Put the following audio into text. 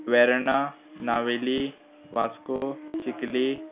Verna Navelim Vasco Chicalim